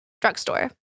drugstore